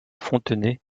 fontenay